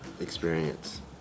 experience